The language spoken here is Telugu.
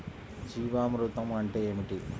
జీవామృతం అంటే ఏమిటి?